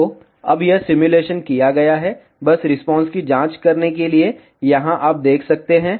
तो अब यह सिमुलेशन किया गया है बस रिस्पांस की जाँच करने के लिए यहाँ आप देख सकते हैं